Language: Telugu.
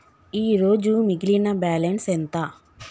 ఈరోజు మిగిలిన బ్యాలెన్స్ ఎంత?